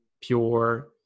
pure